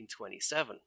1927